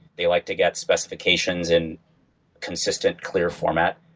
they like to get specifications in consistent clear format,